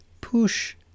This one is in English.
Push